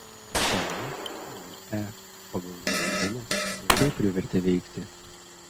po h eina e pagalvojo benas ir tai privertė veikti